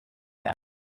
them